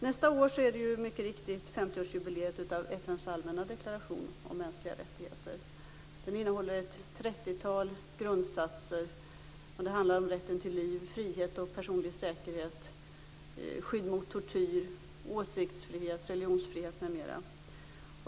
Nästa år är det mycket riktigt 50-årsjubileet av Den innehåller ett trettiotal grundsatser. Det handlar om rätten till liv, frihet och personlig säkerhet, skydd mot tortyr, åsiktsfrihet, religionsfrihet m.m.